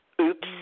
oops